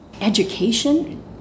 education